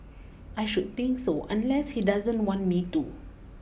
I should think so unless he doesn't want me to